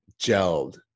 gelled